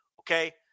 Okay